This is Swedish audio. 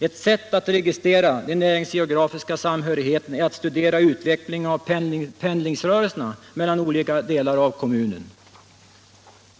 Ett sätt att registrera den näringsgeografiska samhörigheten är att studera utvecklingen av pendlingsrörelserna mellan olika delar av kommunen.